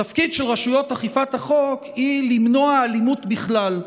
התפקיד של רשויות אכיפת החוק הוא למנוע אלימות בכלל.